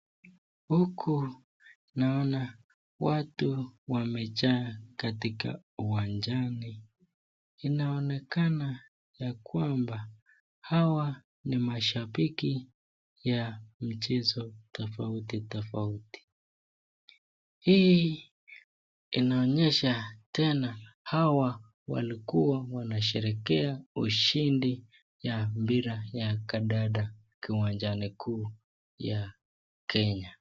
Huku naona watu wamejaa katika uwanjani, inaonekana ya kwamba hawa ni mashabiki ya mchezo tofauti tofauti. Hii inaonyesha tena hawa walikuwa wanasherehekea, ushindi ya mpira ya kandanda kiwanjani kuu ya Kenya.